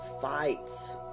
fights